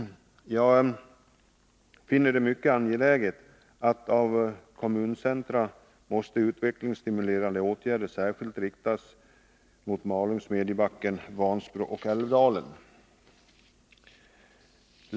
När det gäller kommuncentra finner jag det mycket angeläget att utvecklingsstimulerande åtgärder riktas särskilt mot Malung, Smedjebacken, Vansbro och Älvdalen.